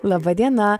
laba diena